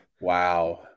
wow